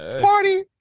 party